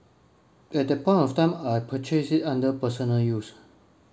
at that point of time I purchase it under personal use